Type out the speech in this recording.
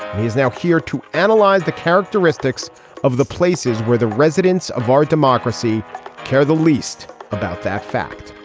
he's now here to analyze the characteristics of the places where the residents of our democracy care the least about that fact